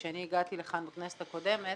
כשאני הגעתי לכאן בכנסת הקודמת